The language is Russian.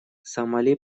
сомали